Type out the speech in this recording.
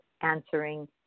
answering